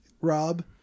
Rob